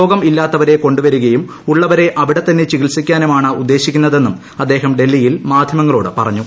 രോഗം ഇല്ലാത്തവരെ കൊണ്ടുവരികയും ഉള്ളവരെ അവിടെ തന്നെ ചികിത്സിക്കാനുമാണ് ഉദ്ദേശിക്കുന്നതെന്നും അദ്ദേഹം ഡൽഹിയിൽ മാധ്യമങ്ങളോട് പറഞ്ഞു